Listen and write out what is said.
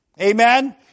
Amen